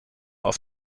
auf